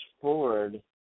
forward